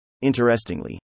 Interestingly